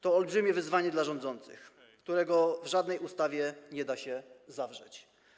To jest olbrzymie wyzwanie dla rządzących, którego w żadnej ustawie nie da się zawrzeć.